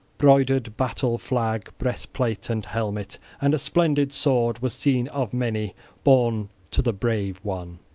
broidered battle-flag, breastplate and helmet and a splendid sword was seen of many borne to the brave one.